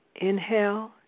Inhale